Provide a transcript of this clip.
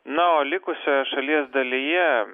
na o likusioje šalies dalyje